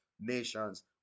nations